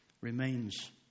remains